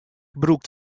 brûkt